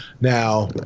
Now